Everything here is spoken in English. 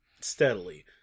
steadily